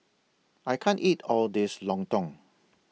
I can't eat All This Lontong